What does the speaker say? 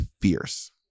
fierce